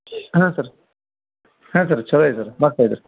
ಹಾಂ ಸರ್ ಹಾಂ ಸರ್ ಚಲೋ ಐತೆ ಸರ್ ಮಸ್ತ್ ಐತ್ರಿ